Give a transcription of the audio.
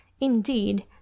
indeed